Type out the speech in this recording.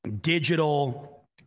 digital